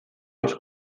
los